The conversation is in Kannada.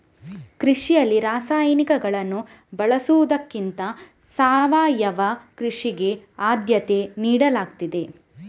ಕೃಷಿಯಲ್ಲಿ ರಾಸಾಯನಿಕಗಳನ್ನು ಬಳಸುವುದಕ್ಕಿಂತ ಸಾವಯವ ಕೃಷಿಗೆ ಆದ್ಯತೆ ನೀಡಲಾಗ್ತದೆ